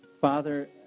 Father